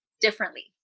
differently